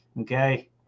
okay